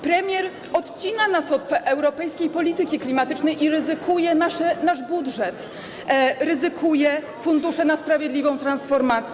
Premier odcina nas od europejskiej polityki klimatycznej i ryzykuje nasz budżet, ryzykuje fundusze na sprawiedliwą transformację.